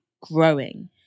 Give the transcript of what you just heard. growing